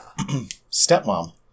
Stepmom